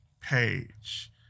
page